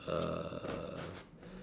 uh